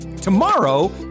tomorrow